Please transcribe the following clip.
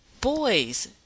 boys